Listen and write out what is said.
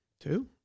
Two